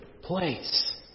place